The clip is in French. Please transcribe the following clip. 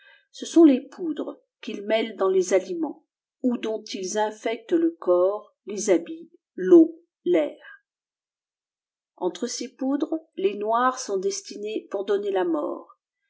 ce sont des pfèttés qtfîls îêïrôleèt dans les aliments ou dont ils infectent le corps les hàbîtis l'eâin fair entre ces poudres les noires sont dêéiîriées p mt dofarier la mort